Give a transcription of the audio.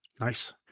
Nice